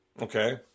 Okay